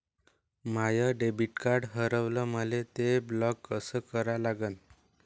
माय debit card हारवलं, मले ते ब्लॉक कस करा लागन?